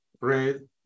red